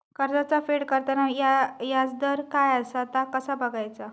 कर्जाचा फेड करताना याजदर काय असा ता कसा बगायचा?